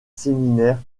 séminaire